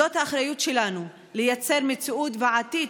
זאת האחריות שלנו לייצר מציאות בעתיד